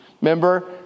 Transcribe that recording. Remember